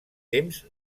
temps